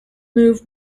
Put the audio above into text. moved